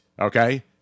Okay